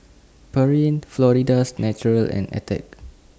Pureen Florida's Natural and Attack